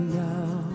now